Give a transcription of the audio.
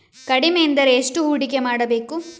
ಕಡಿಮೆ ಎಂದರೆ ಎಷ್ಟು ಹೂಡಿಕೆ ಮಾಡಬೇಕು?